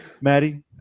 Maddie